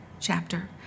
chapter